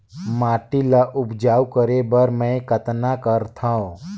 माटी ल उपजाऊ करे बर मै कतना करथव?